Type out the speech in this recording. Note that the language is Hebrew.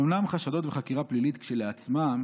אומנם חשדות וחקירה פלילית כשלעצמם